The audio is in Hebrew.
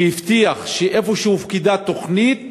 שבמקרים שהופקדה תוכנית